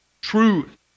truth